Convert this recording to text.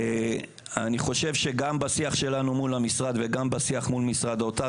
אני חושב שגם בשיח שלנו מול המשרד וגם בשיח מול משרד האוצר,